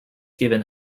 given